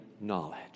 knowledge